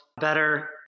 better